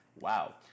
Wow